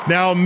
Now